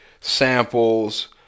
samples